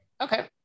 Okay